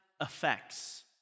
effects